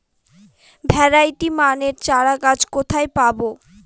Variety মানের চারাগাছ কোথায় পাবো?